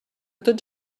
tots